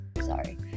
Sorry